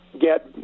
get